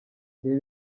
reba